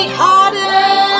harder